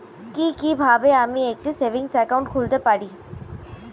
কি কিভাবে আমি একটি সেভিংস একাউন্ট খুলতে পারি?